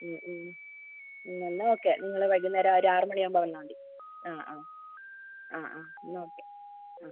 എന്നാൽ ഓക്കെ നിങ്ങൾ വൈകുന്നേരം ഒരു ആറ് മണി ആവുമ്പോൾ വന്നാൽ മതി ആ ആ ആ ആ എന്നാൽ ഓക്കെ ആ